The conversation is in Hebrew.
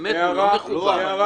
באמת, זה לא מכובד.